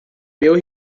meu